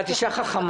את אישה חכמה.